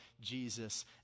Jesus